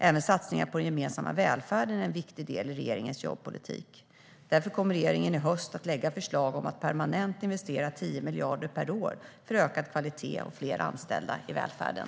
Även satsningar på den gemensamma välfärden är en viktig del i regeringens jobbpolitik. Därför kommer regeringen i höst att lägga fram förslag om att permanent investera 10 miljarder kronor per år för ökad kvalitet och fler anställda i välfärden.